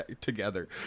together